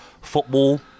football